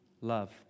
Love